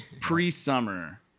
pre-summer